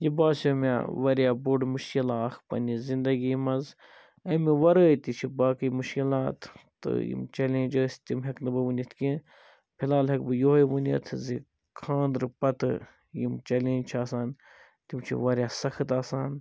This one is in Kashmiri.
یہِ باسیٚو مےٚ واریاہ بوٚڑ مُشکلَہ اَکھ پَننہِ زندگی مَنٛز اَمہِ وَرٲے تہِ چھِ باقی مُشکِلات تہٕ یِم چلینٛج ٲسۍ تِم ہیٚکہ نہٕ بہٕ ؤنِتھ کیٚنٛہہ فِی الحال ہیٚکہٕ بہٕ یُہٲے ؤنِتھ زِ خاندرٕ پَتہٕ یِم چلینٛج چھِ آسان تِم چھِ واریاہ سخت آسان